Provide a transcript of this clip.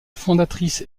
fondatrice